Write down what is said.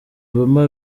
obama